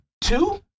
two